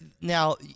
Now